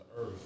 earth